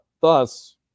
Thus